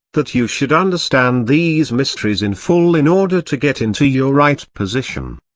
that you should understand these mysteries in full in order to get into your right position.